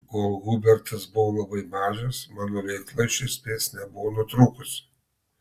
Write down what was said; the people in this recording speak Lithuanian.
kol hubertas buvo labai mažas mano veikla iš esmės nebuvo nutrūkusi